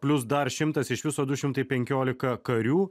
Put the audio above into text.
plius dar šimtas iš viso du šimtai penkiolika karių